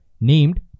named